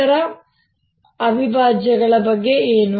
ಇತರ ಅವಿಭಾಜ್ಯಗಳ ಬಗ್ಗೆ ಏನು